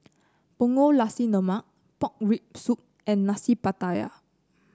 Punggol Nasi Lemak Pork Rib Soup and Nasi Pattaya